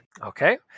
Okay